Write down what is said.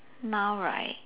now right